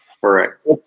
Correct